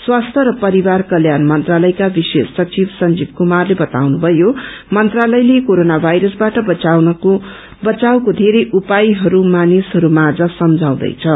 स्वास्थ्य र परिवार कल्याण मन्त्रालयका विशेष सचिव संजीव कुमारले बताउनुधयो मन्त्रालयले कोरोना भाइरसबाट बचावको बेरै उपायहरू मानिसहरू माम्र सम्माउँदछौ